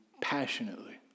passionately